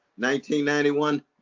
1991